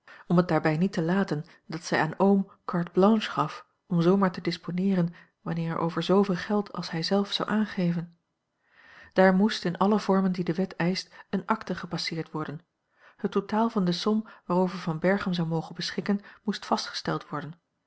om het daarbij niet te laten dat zij aan oom carte blanche gaf om zoo maar te disponeeren wanneer er over zooveel geld als hij zelf zou aangeven daar moest in alle vormen die de wet eischt een akte gepasseerd worden het totaal van de som waarover van berchem zou mogen beschikken moest vastgesteld worden